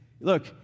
Look